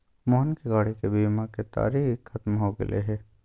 मोहन के गाड़ी के बीमा के तारिक ख़त्म हो गैले है